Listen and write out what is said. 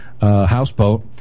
houseboat